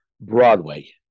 Broadway